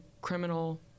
criminal